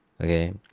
Okay